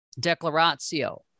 Declaratio